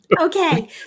Okay